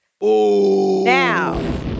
Now